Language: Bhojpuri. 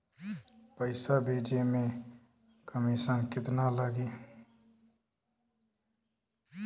पैसा भेजे में कमिशन केतना लागि?